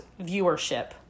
viewership